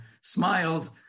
smiled